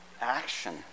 action